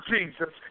Jesus